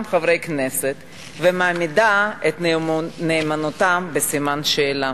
חברי כנסת ומעמידה את נאמנותם בסימן שאלה.